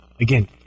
again